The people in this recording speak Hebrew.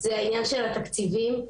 הנושא של התקציבים.